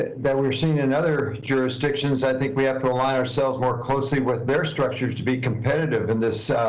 that we're seeing in other jurisdictions, i think we have to align ourselves more closely with their structures to be competitive in this,